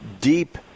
deep